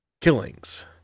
killings